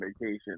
vacation